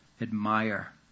admire